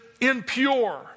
impure